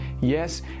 Yes